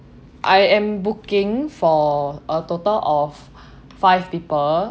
I am booking for a total of five people